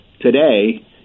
today